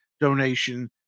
donation